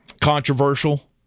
controversial